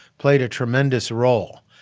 played a tremendous role.